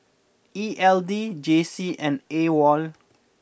E L D J C and Awol